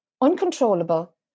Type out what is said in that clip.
uncontrollable